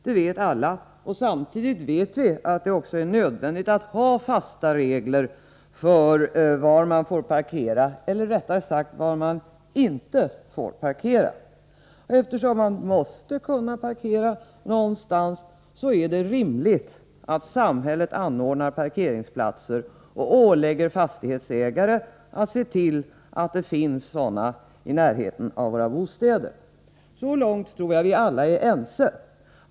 Det vet alla, och samtidigt vet vi att det också är nödvändigt att ha fasta regler för var man får parkera, eller rättare sagt var man inte får parkera. Eftersom man måste kunna parkera någonstans är det rimligt att samhället anordnar parkeringsplatser och ålägger fastighetsägare att se till att det finns sådana i närheten av våra bostäder. Så långt tror jag vi alla är ense.